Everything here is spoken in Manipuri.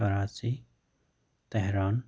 ꯀꯔꯥꯆꯤ ꯇꯦꯍꯔꯥꯟ